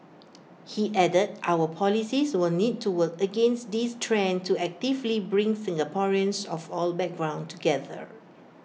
he added our policies will need to work against this trend to actively bring Singaporeans of all background together